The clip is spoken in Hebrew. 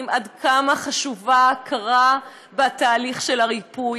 עד כמה חשובה הכרה בתהליך הריפוי.